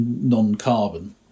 non-carbon